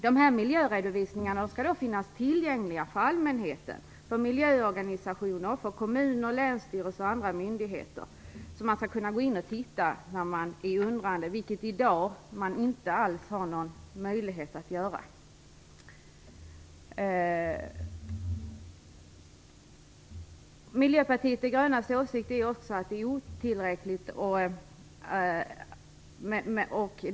Dessa miljöredovisningar skall finnas tillgängliga för allmänheten, miljöorganisationer, kommuner, länsstyrelser och andra myndigheter. Man skall kunna gå in och titta när man är undrande, vilket man i dag inte alls har någon möjlighet att göra. Miljöpartiet de grönas åsikt är att detta är otillräckligt.